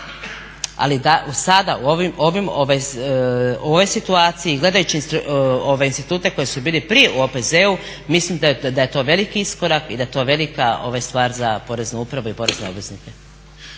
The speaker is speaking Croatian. ali sada u ovoj situaciji gledajući institute koji su bili prije u OPZ-u mislim da je to veliki iskorak i da je to velika stvar za Poreznu upravu i za porezne obveznike.